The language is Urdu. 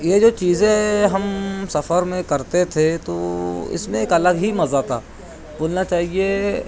یہ جو چیزیں ہم سفر میں کرتے تھے تو اس میں ایک الگ ہی مزا تھا بولنا چاہیے